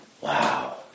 Wow